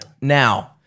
Now